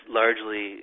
largely